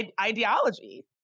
ideology